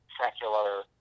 secular